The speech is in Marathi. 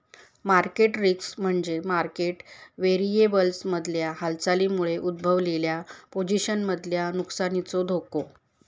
मार्केट रिस्क म्हणजे मार्केट व्हेरिएबल्समधल्या हालचालींमुळे उद्भवलेल्या पोझिशन्समधल्या नुकसानीचो धोको